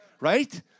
Right